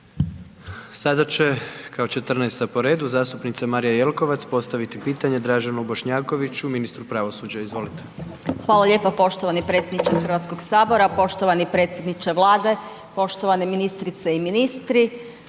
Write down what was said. Sada će kao 14.-ta po redu zastupnica Marija Jelkovac postaviti pitanje Draženu Bošnjakoviću, ministru pravosuđa, izvolite. **Jelkovac, Marija (HDZ)** Hvala lijepa poštovani predsjedniče HS, poštovani predsjedniče Vlade, poštovani ministrice i ministri,